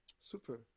super